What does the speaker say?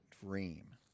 dream